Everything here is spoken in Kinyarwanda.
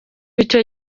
icyo